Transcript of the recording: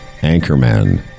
anchorman